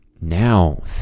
now